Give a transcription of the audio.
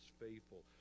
faithful